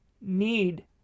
need